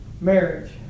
Marriage